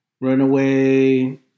Runaway